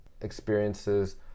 experiences